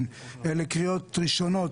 אלה קריאות ראשונות,